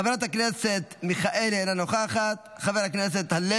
חבר הכנסת עטאונה, אינו נוכח, חבר הכנסת שקלים,